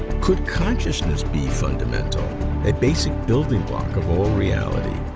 could consciousness be fundamental a basic building block of all reality,